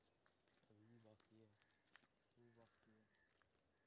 बकरी पालन के लेल उपयुक्त संसाधन की छै आर की हमर सब के क्षेत्र में बकरी पालन व्यवसाय ठीक छै?